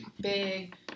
big